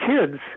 kids